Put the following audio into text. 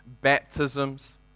baptisms